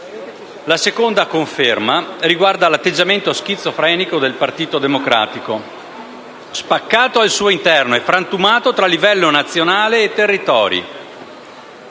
La seconda conferma riguarda l'atteggiamento schizofrenico del Partito Democratico, spaccato al suo interno e frantumato tra livello nazionale e territori,